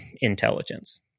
intelligence